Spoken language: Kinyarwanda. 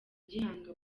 gihanga